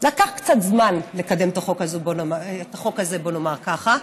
לקח קצת זמן לקדם את החוק הזה, בואו נאמר ככה,